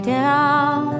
down